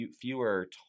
fewer